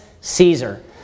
Caesar